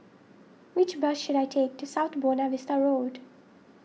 which bus should I take to South Buona Vista Road